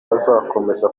azakomeza